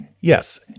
Yes